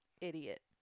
Idiot